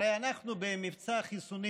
הרי אנחנו במבצע חיסונים